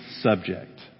subject